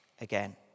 again